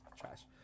trash